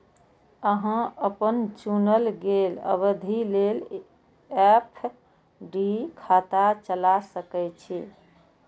अहां अपन चुनल गेल अवधि लेल एफ.डी खाता चला सकै छी